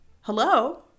Hello